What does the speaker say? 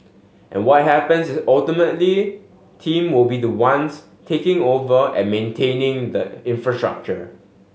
and what happens is ultimately team will be the ones taking over and maintaining the infrastructure